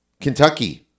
Kentucky